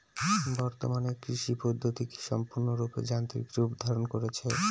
বর্তমানে কৃষি পদ্ধতি কি সম্পূর্ণরূপে যান্ত্রিক রূপ ধারণ করেছে?